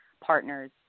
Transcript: partners